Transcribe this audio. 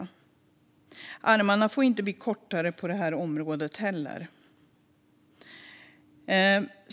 Armarna får inte bli kortare på det här området heller.